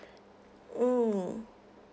mm